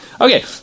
Okay